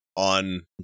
On